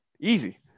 Easy